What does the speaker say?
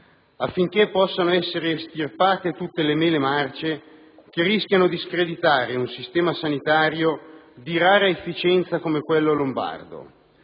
affinché possano essere estirpate tutte le mele marce, che rischiano di screditare un sistema sanitario di rara efficienza come quello lombardo,